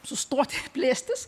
sustoti plėstis